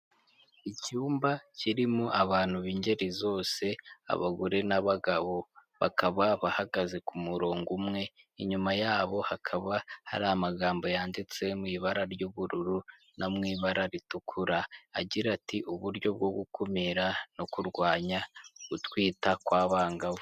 Icyumba kirimo abantu b'ingeri zose, abagore n'abagabo, bakaba bahagaze ku murongo umwe, inyuma yabo hakaba hari amagambo yanditse mu ibara ry'ubururu no mu ibara ritukura, agira ati" uburyo bwo gukumira no kurwanya utwita kw'abangavu".